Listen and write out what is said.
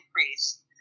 increase